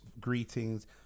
greetings